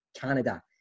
Canada